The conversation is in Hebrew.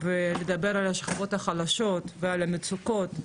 לדבר על השכבות החלשות ועל המצוקות,